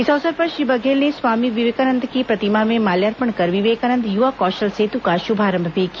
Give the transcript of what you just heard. इस अवसर पर श्री बघेल ने स्वामी विवेकानंद की प्रतिमा में माल्यार्पण कर विवेकानंद युवा कौशल सेतु का शुभारंभ भी किया